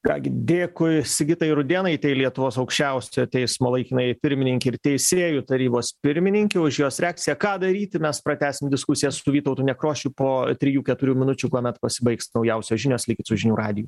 ką gi dėkui sigitai rudėnaitei lietuvos aukščiausiojo teismo laikinajai pirmininkei ir teisėjų tarybos pirmininkei už jos reakciją ką daryti mes pratęsim diskusijas su vytautu nekrošiu po trijų keturių minučių kuomet pasibaigs naujausios žinios likit su žinių radiju